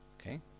Okay